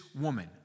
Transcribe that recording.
woman